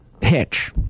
hitch